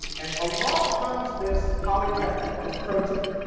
and along comes this polypeptide, this protein.